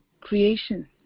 creation